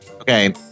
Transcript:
Okay